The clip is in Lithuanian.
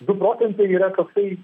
du procentai yra toksai